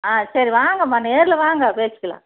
ஆ சரி வாங்கம்மா நேரில் வாங்க பேசிக்கலாம்